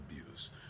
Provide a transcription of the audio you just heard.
abuse